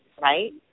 right